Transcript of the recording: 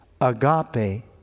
agape